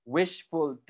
wishful